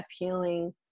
appealing